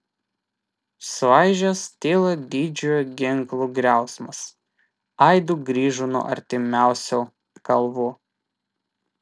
suaižęs tylą didžiojo ginklo griausmas aidu grįžo nuo artimiausių kalvų